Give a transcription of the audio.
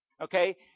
Okay